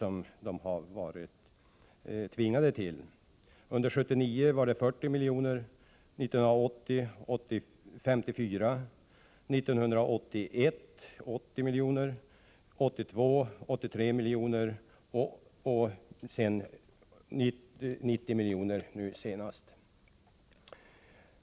Under 1979 lämnades 40 milj.kr., under 1980 var det 54 milj.kr., under 1981 var det 80 milj.kr., under 1982 var det 83 milj.kr., och 1983 var det 90 milj.kr.